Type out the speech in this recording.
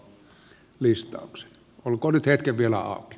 olkoon nyt hetken vielä auki